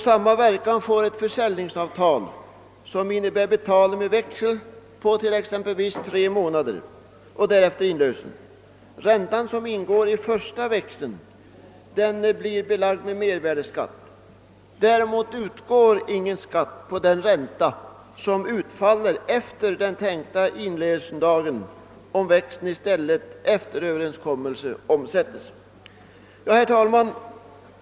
Samma verkan får ett försäljningsavtal som innebär betalning med växel på exempelvis tre månader och därefter inlösen. Den ränta som ingår i den ursprungliga växeln blir belagd med mervärdeskatt. Däremot utgår ingen skatt på den ränta som utfaller efter den tänkta inlösendagen om växeln efter överenskommelse omsättes i stället för att inlösas. Herr talman!